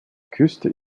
küste